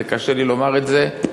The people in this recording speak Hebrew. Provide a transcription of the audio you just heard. וקשה לומר את זה,